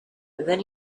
then